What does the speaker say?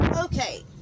Okay